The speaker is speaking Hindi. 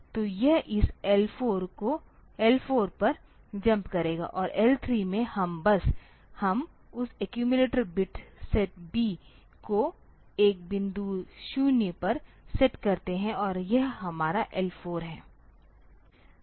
तो यह इस L4 पर जम्प करेगा और L3 में हम बस हम उस एक्यूमिलेटर बिट सेट B को एक बिंदु 0 पर सेट करते हैं और यह हमारा L4 है